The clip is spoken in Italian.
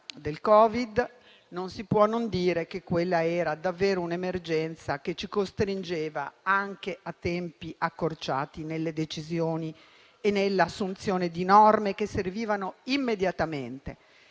del Covid-19, non si può non dire che quella era davvero un'emergenza, che ci costringeva anche a tempi accorciati nelle decisioni e nell'assunzione di norme, che servivano immediatamente.